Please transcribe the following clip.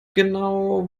genau